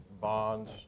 bonds